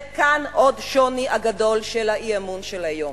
וכאן עוד שוני של האי-אמון של היום.